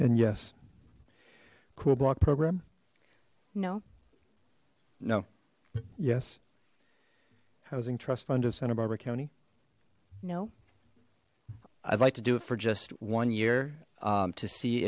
and yes cool block program no no yes housing trust fund of santa barbara county no i'd like to do it for just one year to see